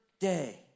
day